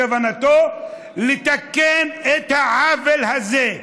בכוונתו לתקן את העוול הזה.